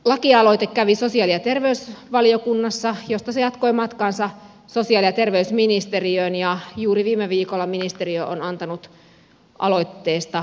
lakialoite kävi sosiaali ja terveysvaliokunnassa josta se jatkoi matkaansa sosiaali ja terveysministeriöön ja juuri viime viikolla ministeriö on antanut aloitteesta lausunnon